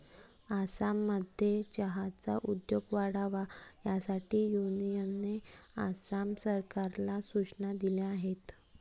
आसाममध्ये चहाचा उद्योग वाढावा यासाठी युनियनने आसाम सरकारला सूचना दिल्या आहेत